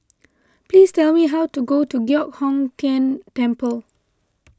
please tell me how to go to Giok Hong Tian Temple